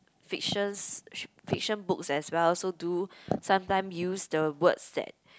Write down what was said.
fictions fiction book as well so do sometime use the words that